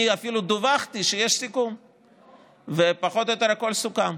אני אפילו דֻּווחתי שיש סיכום ופחות או יותר הכול סוכם.